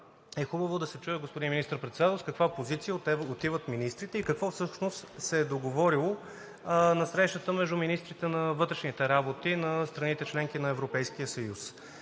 е хубаво да се чуе господин министър-председателят с каква позиция отиват министрите и какво всъщност се е договорило на срещата между министрите на вътрешните работи на страните – членки на Европейския съюз?